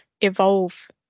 evolve